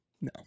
No